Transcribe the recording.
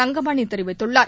தங்கமணி தெரிவித்துள்ளார்